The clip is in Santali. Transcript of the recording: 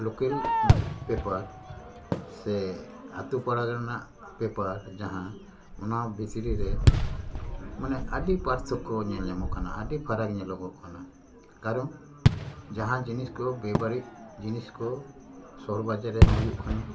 ᱞᱳᱠᱮᱹᱞ ᱯᱮᱯᱟᱨ ᱥᱮ ᱟᱹᱛᱩ ᱯᱟᱲᱟ ᱜᱟᱸ ᱨᱮᱱᱟᱜ ᱯᱮᱯᱟᱨ ᱡᱟᱦᱟᱸ ᱚᱱᱟ ᱵᱷᱤᱛᱨᱤ ᱨᱮ ᱢᱟᱱᱮ ᱟᱹᱰᱤ ᱯᱟᱨᱛᱷᱚᱠᱠᱚ ᱧᱮᱞ ᱧᱟᱢᱚᱜ ᱠᱟᱱᱟ ᱟᱹᱰᱤ ᱯᱷᱟᱨᱟᱠ ᱧᱮᱞᱚᱜᱚᱜ ᱠᱟᱱᱟ ᱠᱟᱨᱚᱱ ᱡᱟᱦᱟᱸ ᱡᱤᱱᱤᱥ ᱠᱚ ᱵᱮᱼᱵᱟᱹᱲᱤᱡ ᱡᱤᱱᱤᱥ ᱠᱚ ᱥᱚᱦᱚᱨ ᱵᱟᱡᱟᱨ ᱨᱮᱦᱚᱸ ᱦᱩᱭᱩᱜ ᱠᱟᱱᱟ